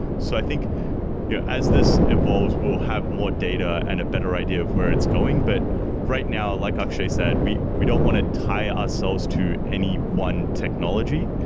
so i think yeah as this evolves, we'll have more data and a better idea of where it's going. but right now, like achal said, we we don't want to tie ourselves to any one technology,